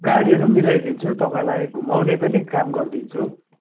गाडीहरू पनि मिलाइदिन्छु तपाईँलाई घुमाउने पनि काम गरिदिन्छु